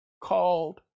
called